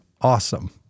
awesome